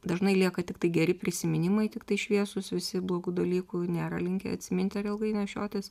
dažnai lieka tiktai geri prisiminimai tiktai šviesūs visi blogų dalykų nėra linkę atsiminti ar ilgai nešiotis